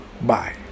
bye